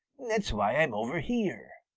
that's why i'm over here.